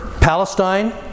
Palestine